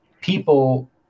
people